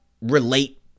relate